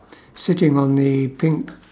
sitting on the pink